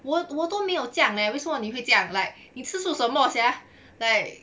我我都没有这样 leh 为什么你会这样 like 你吃醋什么 sia like